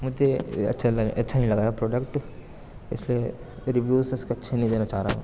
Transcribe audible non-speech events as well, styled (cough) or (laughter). مجھے اچھا لگا اچھا نہیں یہ پروڈکٹ اس لیے ریویو اس کے اچھے نہیں (unintelligible) چاہ رہا